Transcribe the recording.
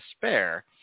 despair